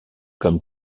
comme